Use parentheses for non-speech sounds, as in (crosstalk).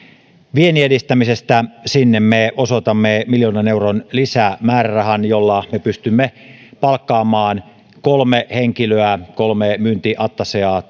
vienninedistämisestä sinne me osoitamme miljoonan euron lisämäärärahan jolla me pystymme palkkaamaan kolme henkilöä kolme myyntiattaseaa (unintelligible)